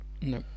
no